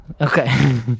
Okay